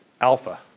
alpha